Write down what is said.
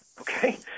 okay